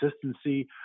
consistency